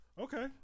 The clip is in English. Okay